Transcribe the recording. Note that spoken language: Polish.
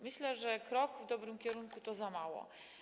Myślę, że krok w dobrym kierunku to za mało.